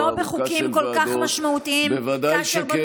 לא בחוקים כל כך משמעותיים, בוודאי שכן.